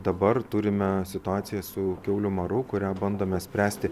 dabar turime situaciją su kiaulių maru kurią bandome spręsti